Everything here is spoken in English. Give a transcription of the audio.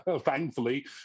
thankfully